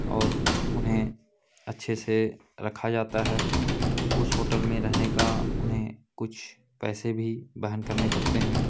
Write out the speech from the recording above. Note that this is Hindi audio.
और उन्हें अच्छे से रखा जाता है उस होटल में रहने का उन्हें कुछ पैसे भी वहन करने पड़ते हैं